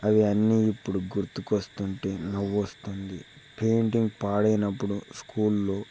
అవి అన్నీ ఇప్పుడు గుర్తుకు వస్తుంటే నవ్వు వస్తుంది పెయింటింగ్ పాడైనప్పుడు స్కూల్లో